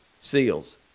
seals